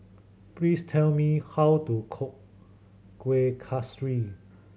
please tell me how to cook Kuih Kaswi